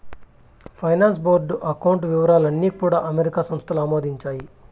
finance board account వివరాలు అన్నీ కూడా అమెరికా సంస్థలు ఆమోదించాయి